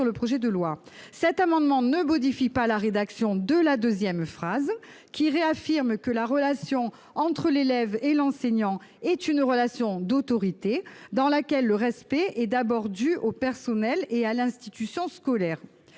le projet de loi. Cet amendement ne tend pas à modifier la rédaction de la deuxième phrase, qui réaffirme que la relation entre l'élève et l'enseignant est une relation d'autorité, dans laquelle le respect est d'abord dû au personnel et à l'institution scolaire.